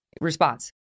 Response